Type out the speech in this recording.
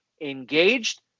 engaged